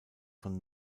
von